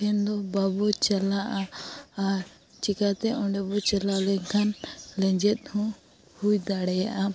ᱴᱷᱮᱱ ᱫᱚ ᱵᱟᱵᱚ ᱪᱟᱞᱟᱜᱼᱟ ᱟᱨ ᱪᱤᱠᱟ ᱛᱮ ᱚᱸᱰᱮ ᱵᱚ ᱪᱟᱞᱟᱣ ᱞᱮᱱᱠᱷᱟᱱ ᱞᱮᱸᱡᱮᱫ ᱦᱚᱸ ᱦᱩᱭ ᱫᱟᱲᱮᱭᱟᱜᱼᱟ